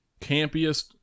campiest